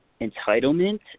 entitlement